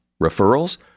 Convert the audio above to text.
Referrals